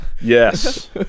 Yes